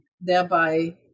thereby